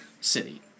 City